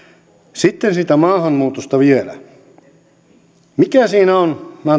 sitten siitä maahanmuutosta vielä mikä siinä on minä